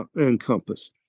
encompass